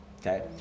okay